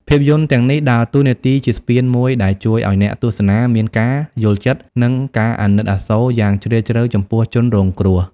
ភាពយន្តទាំងនេះដើរតួនាទីជាស្ពានមួយដែលជួយឲ្យអ្នកទស្សនាមាន ការយល់ចិត្ត និងការអាណិតអាសូរ យ៉ាងជ្រាលជ្រៅចំពោះជនរងគ្រោះ។